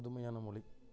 புதுமையான மொழி